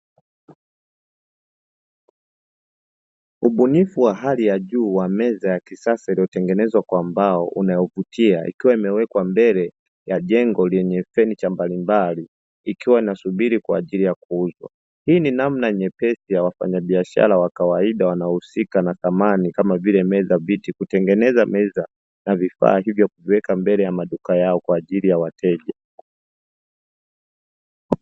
Ubunifu wa hali ya juu ya meza ya kisasa iliyotengenezwa kwa mbao unaovutia, ikiwa imewekwa mbele ya jengo lenye fenicha mbalimbali ikiwa inasubiriwa kwa ajili ya kuuzwa, hii ni namna nyepesi ya wafanyabiashara wa kawaida wanaohusika na samani kama vile; meza, viti, kutengeneza meza na vifaa hivyo, kuviweka mbele ya maduka yao kwa ajili ya wateja.